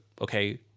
okay